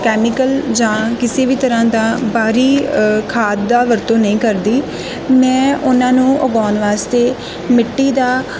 chemical ਜਾਂ ਕਿਸੇ ਵੀ ਤਰ੍ਹਾਂ ਦਾ ਬਾਹਰੀ ਖਾਦ ਦੀ ਵਰਤੋਂ ਨਹੀਂ ਕਰਦੀ ਮੈਂ ਉਨ੍ਹਾਂ ਨੂੰ ਉਗਾਉਣ ਵਾਸਤੇ ਮਿੱਟੀ ਦਾ